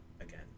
again